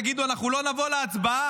תגידו: אנחנו לא נבוא להצבעה.